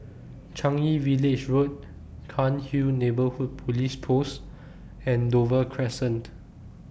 Changi Village Road Cairnhill Neighbourhood Police Post and Dover Crescent